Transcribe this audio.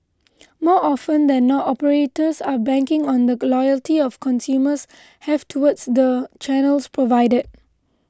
more often than not operators are banking on the loyalty of consumers have towards the channels provided